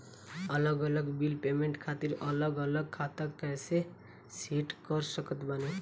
अलग अलग bill payment खातिर अलग अलग खाता कइसे सेट कर सकत बानी?